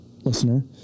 listener